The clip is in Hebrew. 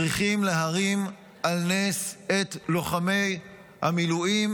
צריכים להרים על נס את לוחמי המילואים,